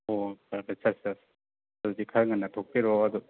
ꯑꯣ ꯐꯔꯦ ꯐꯔꯦ ꯆꯠꯁꯤ ꯆꯠꯁꯤ ꯑꯗꯨꯗꯤ ꯈꯔꯥ ꯉꯟꯅ ꯊꯣꯛꯄꯤꯔꯛꯑꯣ ꯑꯗꯣ